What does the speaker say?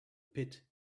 pit